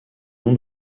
nom